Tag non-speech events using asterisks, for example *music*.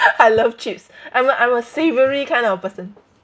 *laughs* I love chips I'm a I'm a savoury kind of person